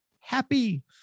happy